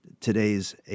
Today's